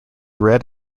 red